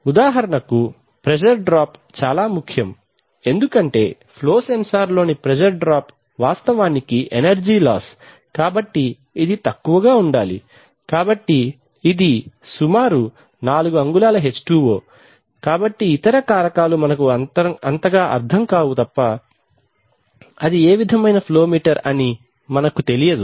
ఉదాహరణకు pressure drop చాలా ముఖ్యం ఎందుకంటే ఫ్లో సెన్సార్లోని ప్రెజర్ డ్రాప్ వాస్తవానికి ఎనర్జీ లాస్ కాబట్టి ఇది తక్కువగా ఉండాలి కాబట్టి ఇది సుమారు 4 అంగుళాల H2O కాబట్టి ఇతర కారకాలు మనకు అంతగా అర్థం కావు తప్ప అది ఏ విధమైన ఫ్లో మీటర్ అని మనకు తెలియదు